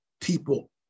people